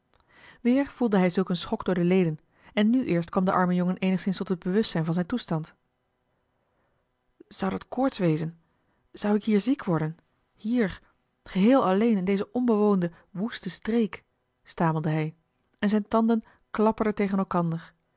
weer voelde hij zulk een schok door de leden en nu eerst kwam de arme jongen eenigszins tot het bewustzijn van zijn toestand zou dat koorts wezen zou ik hier ziek worden hier geheel alleen in deze onbewoonde woeste streek stamelde hij en zijne tanden klapperden tegen elkander